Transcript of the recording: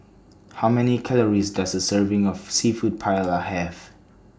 How Many Calories Does A Serving of Seafood Paella Have